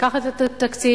לקחת את התקציב